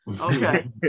Okay